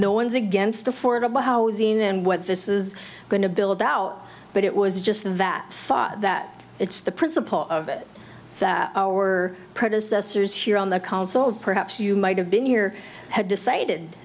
no one's against affordable housing and what this is going to build out but it was just that that it's the principle of it that our predecessors here on the council of perhaps you might have been here had decided